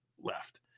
left